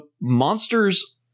monster's